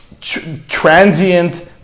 transient